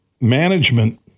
Management